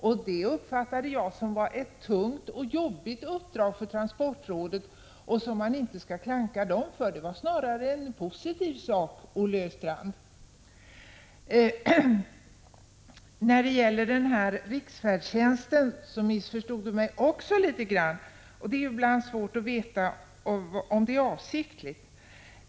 Detta uppfattade jag som ett tungt och jobbigt uppdrag för transportrådet och som man inte skall klanka på transportrådet för. Det var snarare något positivt, Olle Östrand. Beträffande riksfärdtjänsten missförstod Olle Östrand mig också litet grand. Det är ibland svårt att veta om detta är avsiktligt.